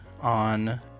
on